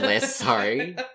sorry